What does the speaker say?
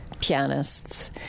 pianists